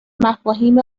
مفاهیم